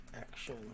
action